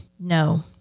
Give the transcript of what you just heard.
No